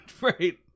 right